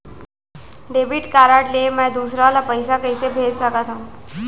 Debit card ले मैं दूसर ला पइसा कइसे भेज सकत हओं?